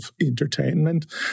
entertainment